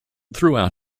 throughout